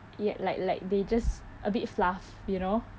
ya like like they just a bit fluff you know